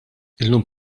illum